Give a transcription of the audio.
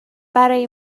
برای